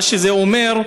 מה שזה אומר,